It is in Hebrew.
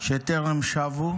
שטרם שבו,